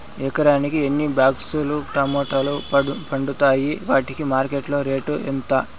ఎకరాకి ఎన్ని బాక్స్ లు టమోటాలు పండుతాయి వాటికి మార్కెట్లో రేటు ఎంత?